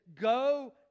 go